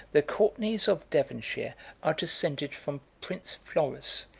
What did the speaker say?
the courtenays of devonshire are descended from prince florus,